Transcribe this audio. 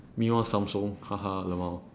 me want samsung ha ha LMAO